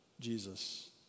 Jesus